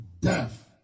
death